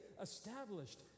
established